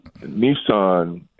Nissan